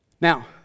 Now